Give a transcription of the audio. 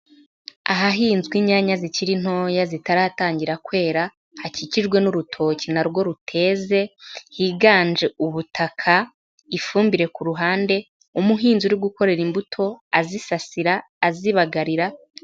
Ahahinzwe inyanya zikiri ntoya zitaratangira kwera, hakikijwe n'urutoki na rwo ruteze, higanje ubutaka, ifumbire ku ruhande, umuhinzi uri gukorera imbuto azisasira, azibagarira.